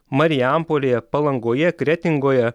marijampolėje palangoje kretingoje